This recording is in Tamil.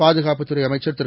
பாதுகாப்புதுறைஅமைச்சர்திரு